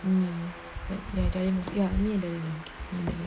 I'm nathan yong ming